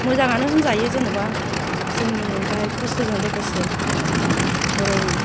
मोजाङानो होनजायो जेन'बा जोंनि बाहाय खस्थ' जों लोगोसे ओरै